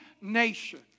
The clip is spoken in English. nation